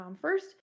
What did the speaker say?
first